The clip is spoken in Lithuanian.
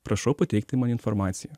prašau pateikti man informaciją